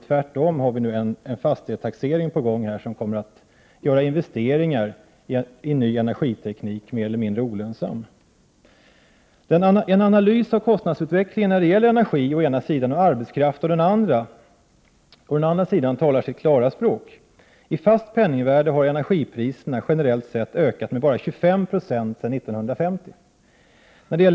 Tvärtom har vi en fastighetstaxering på gång som kommer att göra investeringar i ny energiteknik mer eller mindre olönsamma. En analys av kostnadsutvecklingen när det gäller energi å den ena sidan och arbetskraft å den andra talar sitt klara språk. I fast penningvärde har energipriserna generellt sett ökat med bara 25 96 sedan 1950.